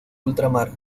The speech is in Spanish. ultramar